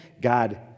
God